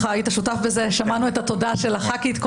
שותף בזה, שמענו את התודה של חברת הכנסת.